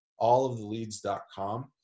Alloftheleads.com